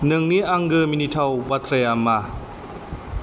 नोंनि आंगो मिनिथाव बाथ्राया मा